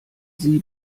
sie